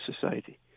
society